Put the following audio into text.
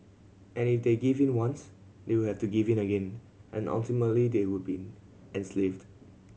and if they give in once they would have to give in again and ultimately they would be enslaved